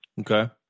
Okay